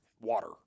water